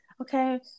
okay